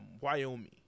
Wyoming